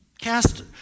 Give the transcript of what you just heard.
cast